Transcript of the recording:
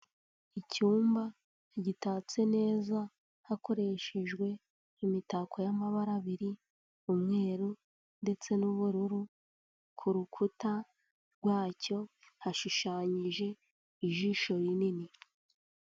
Icyumba gitatse neza hakoreshejwe imitako y'amabara abiri; umweru ndetse n'ubururu, ku rukuta rwacyo hashushanyije ijisho rinini.